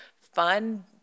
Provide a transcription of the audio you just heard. fun